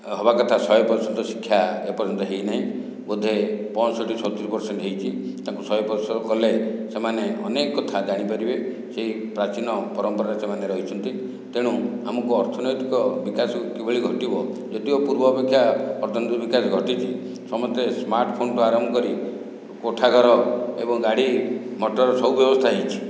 ହେବା କଥା ଶହେ ପ୍ରତିଶତ ଶିକ୍ଷା ଏପର୍ଯ୍ୟନ୍ତ ହୋଇନାହିଁ ବୋଧେ ପଂଈଷଠି ସତୁରି ପରସେଣ୍ଟ ହୋଇଛି ତାହାକୁ ଶହେ ପ୍ରତିଶତ କଲେ ସେମାନେ ଅନେକ କଥା ଜାଣି ପାରିବେ ସେହି ପ୍ରାଚୀନ ପରମ୍ପରାରେ ସେମାନେ ରହିଛନ୍ତି ତେଣୁ ଆମକୁ ଅର୍ଥନୈତିକ ବିକାଶ କିଭଳି ଘଟିବ ଯଦିଓ ପୂର୍ବ ଅପେକ୍ଷା ଅର୍ଥନୈତିକ ବିକାଶ ଘଟିଛି ସମସ୍ତେ ସ୍ମାର୍ଟ ଫୋନ ଠୁ ଆରମ୍ଭ କରି କୋଠା ଘର ଏବଂ ଗାଡ଼ି ମଟର ସବୁ ବ୍ୟବସ୍ଥା ହୋଇଛି